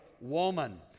woman